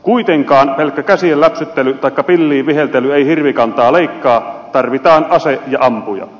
kuitenkaan pelkkä käsien läpsyttely taikka pilliin viheltely ei hirvikantaa leikkaa tarvitaan ase ja ampuja